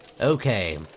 Okay